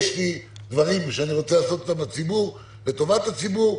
יש לי דברים שאני רוצה לעשות לטובת הציבור.